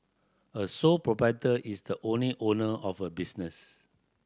a sole proprietor is the only owner of a business